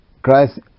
Christ